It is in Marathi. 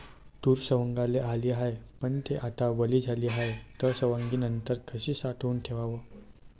तूर सवंगाले आली हाये, पन थे आता वली झाली हाये, त सवंगनीनंतर कशी साठवून ठेवाव?